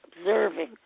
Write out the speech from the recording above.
observing